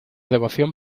devoción